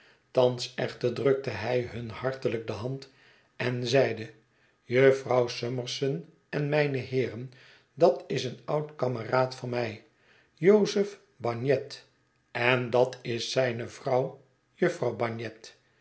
thans echter drukte hij hun hartelijk de hand en zeide jufvrouw summerson en mijne heeren dat is een oud kameraad van mij josef bagnet en dat is zijne vrouw jufvrouw